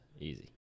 easy